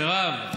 חודש, מרב?